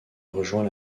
rejoint